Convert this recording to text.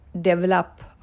develop